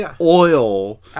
oil